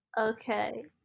Okay